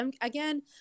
Again